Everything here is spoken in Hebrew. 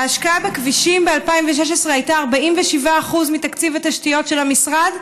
ההשקעה בכבישים ב-2016 הייתה 47% מתקציב התשתיות של המשרד,